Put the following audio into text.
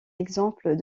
exemple